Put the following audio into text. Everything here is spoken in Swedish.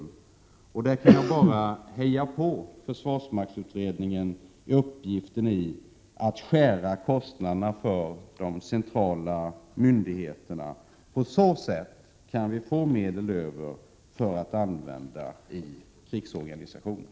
På den punkten kan jag bara heja på försvarsmaktsutredningen i dess uppgift att skära i kostnaderna för de centrala myndigheterna, så att vi på detta sätt kan få medel över för användning i krigsorganisationen.